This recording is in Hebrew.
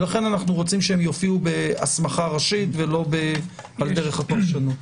לכן אנו רוצים שיופיעו בהסמכה ראשית ולא בדרך הפרשנות.